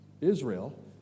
Israel